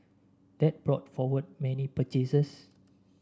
that brought forward many purchases